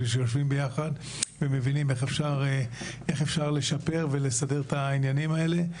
ושיושבים ביחד ומבינים איך אפשר לשפר ולסדר את העניינים האלה,